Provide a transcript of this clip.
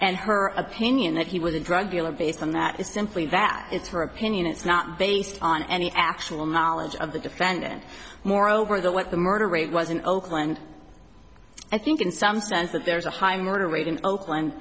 and her opinion that he was a drug dealer based on that is simply that it's her opinion it's not based on any actual knowledge of the defendant moreover that what the murder rate was in oakland i think in some sense that there's a high murder rate in oakland